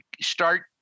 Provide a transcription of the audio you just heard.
start